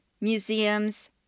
museums